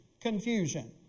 confusion